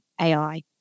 AI